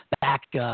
Back